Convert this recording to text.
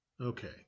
Okay